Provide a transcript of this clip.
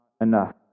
enough